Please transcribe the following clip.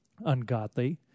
ungodly